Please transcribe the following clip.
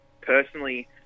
personally